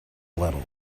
little